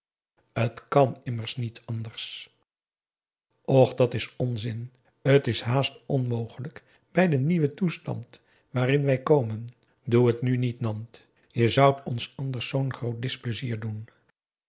t kan immers niet anders och dat is onzin t is haast onmogelijk bij den nieuwen toestand waarin wij komen doe het nu niet nant je zoudt ons anders zoo'n groot displezier doen